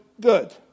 good